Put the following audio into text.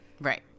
Right